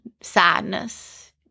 sadness